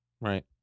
Right